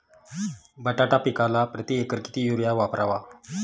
बटाटा पिकाला प्रती एकर किती युरिया वापरावा?